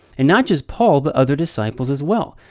and not just paul, but other disciples, as well.